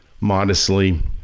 modestly